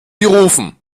gerufen